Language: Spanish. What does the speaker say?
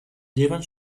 llevan